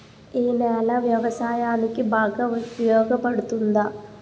ఈ నేల వ్యవసాయానికి బాగా ఉపయోగపడుతుందా?